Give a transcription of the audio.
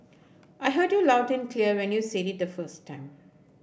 I heard you loud and clear when you said it the first time